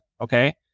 okay